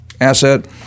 asset